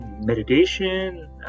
meditation